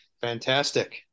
fantastic